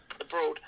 abroad